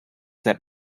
that